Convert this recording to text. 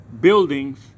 buildings